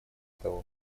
того